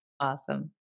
awesome